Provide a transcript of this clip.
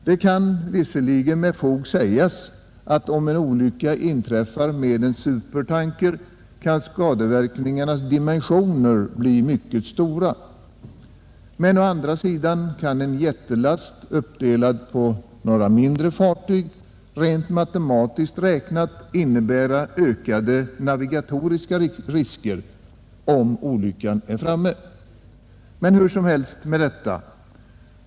Det kan visserligen med fog sägas att om en olycka inträffar med en supertanker, kan skadeverkningarnas dimensioner bli mycket stora. Men å andra sidan kan en jättelast uppdelad på en del mindre fartyg rent matematiskt räknat innebära ökade navigatoriska risker, om olyckan är framme. Det må vara hur som helst med detta.